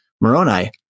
Moroni